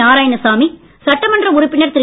நாராயணசாமி சட்டமன்ற உறுப்பினர் திரு